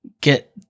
get